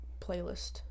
playlist